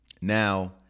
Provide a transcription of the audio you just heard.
Now